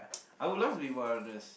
I would love to be one of those